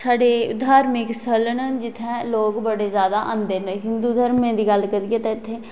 साढ़े धार्मिक स्थल न जित्थै लोक बड़े जादा आंदे न हिंदू धर्मे दी गल्ल करिये ते इत्थै